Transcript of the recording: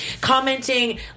commenting